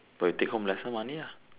but you take home lesser money lah